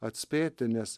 atspėti nes